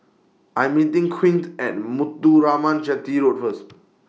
I'm meeting Quint At Muthuraman Chetty Road First